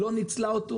הם לא ניצלו את זה,